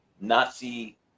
Nazi